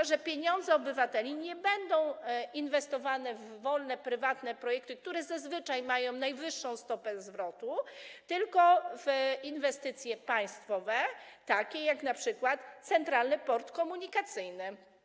To, że pieniądze obywateli będą inwestowane nie w wolne, prywatne projekty, które zazwyczaj mają najwyższą stopę zwrotu, tylko w inwestycje państwowe, takie jak np. Centralny Port Komunikacyjny.